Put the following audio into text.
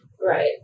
Right